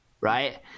right